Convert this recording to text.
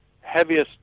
heaviest